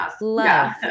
love